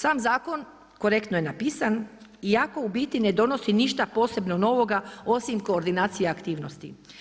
Sam zakon korektno je napisan i iako u biti ne donosi ništa posebno novoga osim koordinacija aktivnosti.